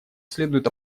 следует